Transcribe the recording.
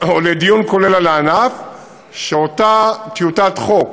או לדיון כולל על הענף הוא שאותה טיוטת חוק